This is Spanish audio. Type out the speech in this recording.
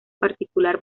particular